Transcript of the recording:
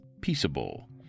peaceable